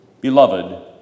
Beloved